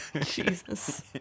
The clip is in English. Jesus